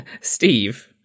Steve